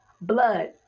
Blood